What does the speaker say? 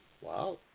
Wow